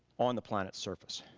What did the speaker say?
on the planet's surface.